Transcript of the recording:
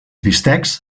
bistecs